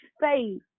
faith